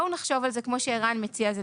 כמו שערן מציע, בואו נחשוב על זה.